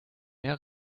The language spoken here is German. mehr